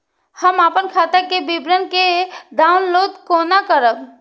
हम अपन खाता के विवरण के डाउनलोड केना करब?